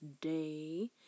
today